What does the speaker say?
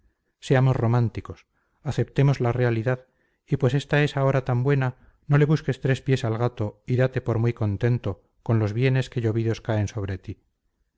seamos románticos aceptemos la realidad y pues esta es ahora tan buena no le busques tres pies al gato y date por muy contento con los bienes que llovidos caen sobre ti